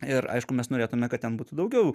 ir aišku mes norėtume kad ten būtų daugiau